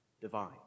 divine